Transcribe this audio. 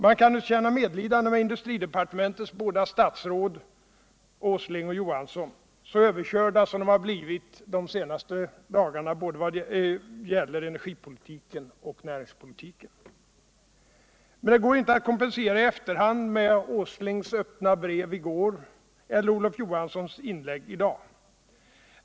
Man kan naturligtvis känna medlidande med industridepartementets båda statsråd Nils Åsling och Olof Johansson, så överkörda som de de senaste dagarna har blivit vad gäller både energi och näringspolitiken. Men detta går inte att kompensera i efterhand med Nils Åslings öppna brev i går eller Olof Johanssons inlägg i dag.